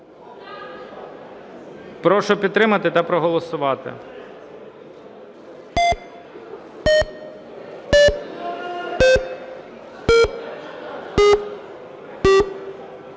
Прошу підтримати та проголосувати.